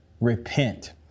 Repent